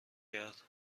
کرد